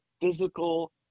physical